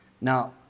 Now